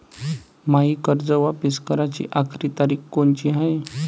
मायी कर्ज वापिस कराची आखरी तारीख कोनची हाय?